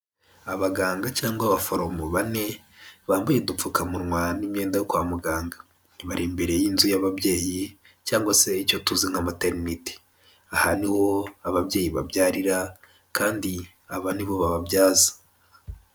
Abaganga cyangwa abaforomo bane bambaye udupfukamunwa n'imyenda yo kwa muganga , bari imbere y'inzu y'ababyeyi cyangwa se icyo tuzi nka materinite. Aha ni ho ababyeyi babyarira kandi aba ni bo bababyaza.